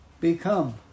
become